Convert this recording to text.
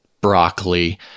broccoli